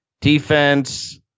defense